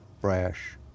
brash